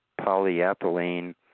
polyethylene